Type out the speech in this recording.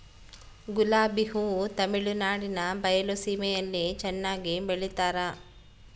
ಗುಲಾಬಿ ಹೂ ತಮಿಳುನಾಡಿನ ಬಯಲು ಸೀಮೆಯಲ್ಲಿ ಚೆನ್ನಾಗಿ ಬೆಳಿತಾರ